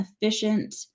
efficient